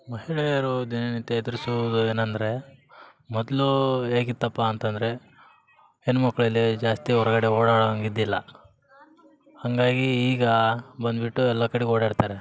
ಮಹಿಳೆಯರು ದಿನನಿತ್ಯ ಎದುರಿಸೋದು ಏನಂದರೆ ಮೊದಲು ಹೇಗಿತ್ತಪ್ಪ ಅಂತಂದರೆ ಹೆಣ್ಣು ಮಕ್ಳು ಎಲ್ಲಿ ಜಾಸ್ತಿ ಹೊರ್ಗಡೆ ಓಡಾಡೋ ಹಂಗಿದ್ದಿಲ್ಲ ಹಂಗಾಗಿ ಈಗ ಬಂದ್ಬಿಟ್ಟು ಎಲ್ಲ ಕಡೆ ಓಡಾಡ್ತಾರೆ